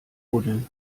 buddel